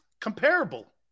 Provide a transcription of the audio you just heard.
Comparable